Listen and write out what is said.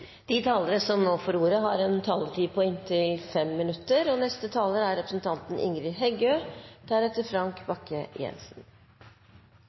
De talere som heretter får ordet, har en taletid på inntil 3 minutter. Grunnloven er